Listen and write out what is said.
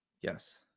yes